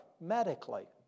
medically